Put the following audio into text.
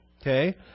okay